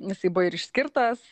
jisai buvo ir išskirtas